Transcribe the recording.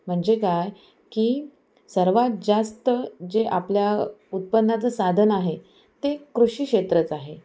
म्हणजे काय की सर्वात जास्त जे आपल्या उत्पन्नाचं साधन आहे ते कृषी क्षेत्रच आहे